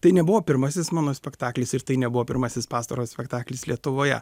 tai nebuvo pirmasis mano spektaklis ir tai nebuvo pirmasis pastarojo spektaklis lietuvoje